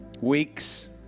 weeks